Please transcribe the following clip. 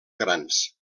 grans